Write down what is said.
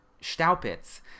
Staupitz